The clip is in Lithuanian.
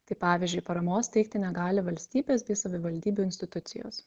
tai pavyzdžiui paramos teikti negali valstybės bei savivaldybių institucijos